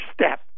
step